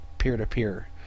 peer-to-peer